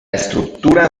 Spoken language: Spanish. estructura